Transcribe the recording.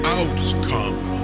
outcome